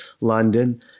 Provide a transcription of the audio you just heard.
London